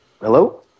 hello